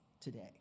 today